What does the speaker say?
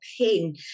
pain